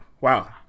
Wow